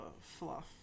fluff